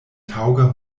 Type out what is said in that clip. taŭga